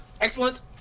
Excellent